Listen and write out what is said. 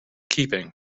keeping